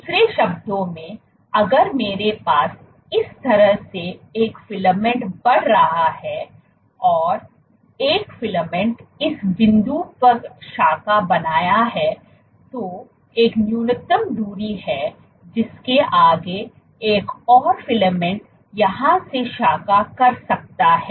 दूसरे शब्दों में अगर मेरे पास इस तरह से एक फिलामेंट बढ़ रहा है और एक फिलामेंट इस बिंदु पर शाखा बनाया है तो एक न्यूनतम दूरी है जिसके आगे एक और फिलामेंट यहां से शाखा कर सकता है